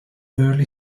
early